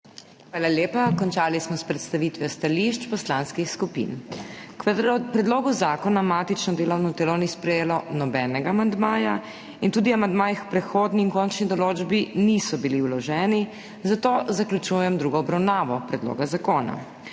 Hvala lepa. Končali smo predstavitev stališč poslanskih skupin. K predlogu zakona matično delovno telo ni sprejelo nobenega amandmaja in tudi amandmaji k prehodni in končni določbi niso bili vloženi, zato zaključujem drugo obravnavo predloga zakona.